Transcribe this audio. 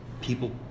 people